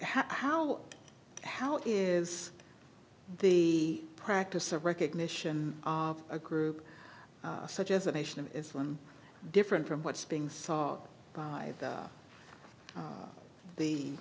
how how is the practice of recognition of a group such as a nation of islam different from what's being said by the